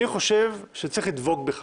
אני חושב שצריך לדבוק בכך,